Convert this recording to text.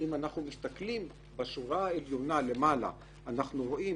בשורה העליונה אנחנו רואים